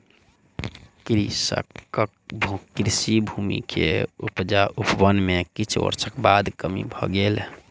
कृषकक कृषि भूमि के उपजाउपन में किछ वर्षक बाद कमी भ गेल